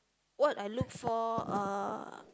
what I look for uh